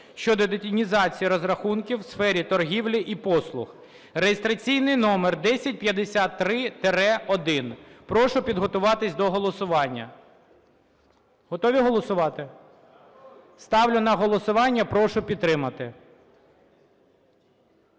щодо детінізації розрахунків в сфері торгівлі і послуг (реєстраційний номер 1053-1). Прошу підготуватися до голосування. Готові голосувати? Ставлю на голосування, прошу підтримати.